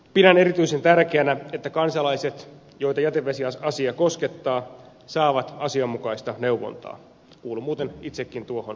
pidän erityisen tärkeänä että kansalaiset joita jätevesiasia koskettaa saavat asianmukaista neuvontaa kuulun muuten itsekin tuohon joukkoon